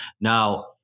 Now